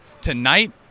tonight